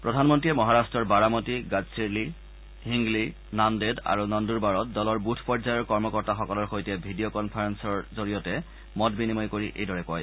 প্ৰধানমন্ত্ৰীয়ে মহাৰট্টৰ বাৰামতী গাডচিৰলি হিংগলি নানদেদ আৰু নন্দুৰবাৰত দলৰ বুথ পৰ্যায়ৰ কৰ্মকৰ্তাসকলৰ সৈতে ভিডিঅ' কনফাৰেলৰ জৰিয়তে মত বিনিময় কৰি এইদৰে কয়